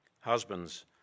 husbands